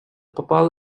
papal